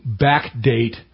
backdate